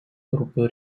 grupių